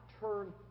turn